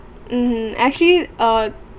mmhmm actually uh